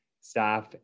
staff